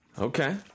Okay